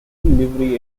livery